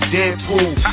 Deadpool